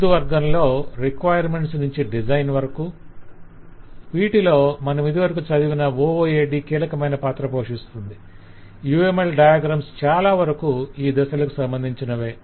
ముందు వర్గంలో రిక్వైర్మెంట్స్ నుంచి డిజైన్ వరకు - వీటిలో మనమిదివరకు చదివిన OOAD కీలకమైన పాత్ర పోషిస్తుంది UML డయాగ్రమ్స్ చాలావరకు ఈ దశలకు సంబంధించినవే